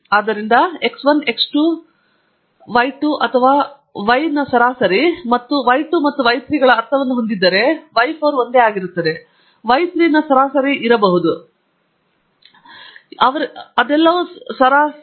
ಆದ್ದರಿಂದ x 1 x 2 y 2 ಅಥವಾ ನೀವು y 1 ನ ಸರಾಸರಿ ಮತ್ತು y 2 ಮತ್ತು y 3 ಗಳ ಅರ್ಥವನ್ನು ಹೊಂದಿದ್ದರೆ y 4 ಒಂದೇ ಆಗಿರುತ್ತದೆ ವೈ 3 ನ ಸರಾಸರಿ ಇರಬಹುದು ಕೇವಲ ಒಂದು ಮೂರನೇ ದಶಮಾಂಶ ಭಿನ್ನವಾಗಿದೆ